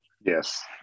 Yes